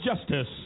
justice